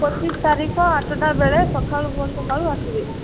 ପଚିଶ ତାରିଖ ଆଠଟା ବେଳେ ସଖାଳୁ ଭୋର ସକାଳୁ ଆସିବେ